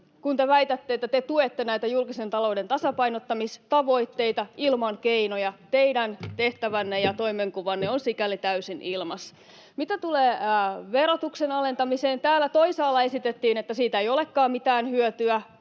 kun te väitätte, että te tuette näitä julkisen talouden tasapainottamistavoitteita ilman keinoja, niin teidän tehtävänne ja toimenkuvanne ovat sikäli täysin ilmassa. Mitä tulee verotuksen alentamiseen, täällä toisaalla esitettiin, että siitä ei olekaan mitään hyötyä